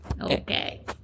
Okay